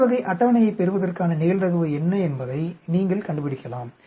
இந்த வகை அட்டவணையைப் பெறுவதற்கான நிகழ்தகவு என்ன என்பதை நீங்கள் கண்டுபிடிக்கலாம்